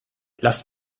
lass